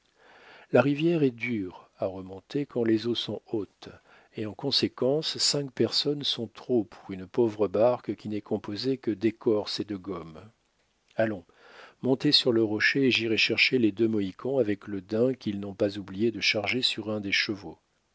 la rivière est dure à remonter quand les eaux sont hautes et en conséquence cinq personnes sont trop pour une pauvre barque qui n'est composée que d'écorce et de gomme allons montez sur le rocher et j'irai chercher les deux mohicans avec le daim qu'ils n'ont pas oublié de charger sur un des chevaux